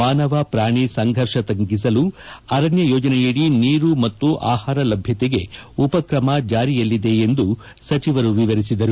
ಮಾನವ ಪ್ರಾಣಿ ಸಂಘರ್ಷ ತಗ್ಗಸಲು ಅರಣ್ಯ ಯೋಜನೆಯಡಿ ನೀರು ಮತ್ತು ಆಹಾರ ಲಭ್ಯತೆಗೆ ಉಪಕ್ರಮ ಜಾರಿಯಲ್ಲಿದೆ ಎಂದು ಸಚಿವರು ವಿವರಿಸಿದರು